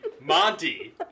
Monty